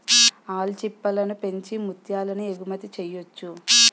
ఆల్చిప్పలను పెంచి ముత్యాలను ఎగుమతి చెయ్యొచ్చు